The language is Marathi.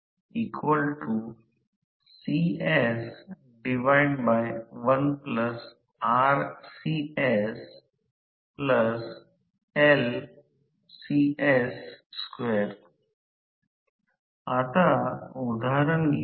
कारण सर्वसाधारणपणे आम्हाला L ω माहित आहे परंतु रोटर च्या बाबतीत हे F2 असेल वारंवारता F2 sआहे म्हणूनच येथे s आहे